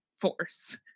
force